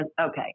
okay